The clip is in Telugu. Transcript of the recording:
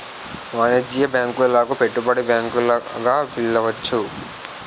వాణిజ్య బ్యాంకులను పెట్టుబడి బ్యాంకులు గా పిలవచ్చు